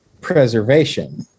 preservation